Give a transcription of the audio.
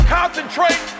concentrate